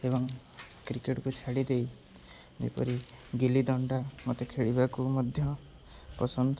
ଏବଂ କ୍ରିକେଟ୍କୁ ଛାଡ଼ି ଯେପରି ଗିଲିଦଣ୍ଡା ମୋତେ ଖେଳିବାକୁ ମଧ୍ୟ ପସନ୍ଦ